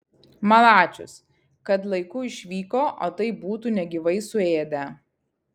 malačius kad laiku išvyko o tai būtų negyvai suėdę